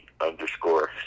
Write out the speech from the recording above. underscore